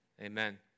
Amen